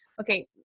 okay